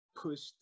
pushed